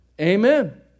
Amen